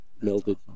melted